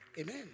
Amen